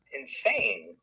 insane